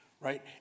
right